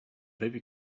baby